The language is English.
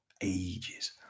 ages